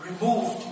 removed